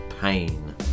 pain